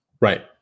Right